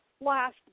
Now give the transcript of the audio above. last